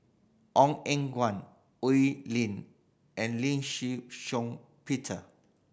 Ong Eng Guan Oi Lin and Lee Shih Shiong Peter